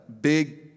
big